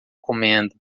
comendo